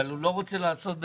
אבל הוא לא רוצה לעשות בפזיזות.